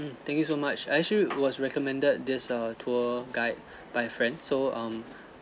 um thank you so much I actually was recommended this err tour guide by friend so um